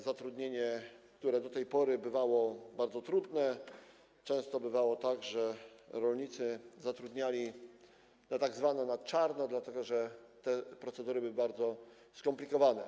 Zatrudnienie to do tej pory bywało bardzo trudne, często bywało tak, że rolnicy zatrudniali na czarno, dlatego że procedury były bardzo skomplikowane.